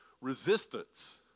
resistance